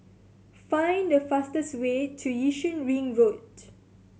find the fastest way to Yishun Ring Road